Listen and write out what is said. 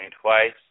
twice